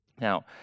Now